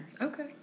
Okay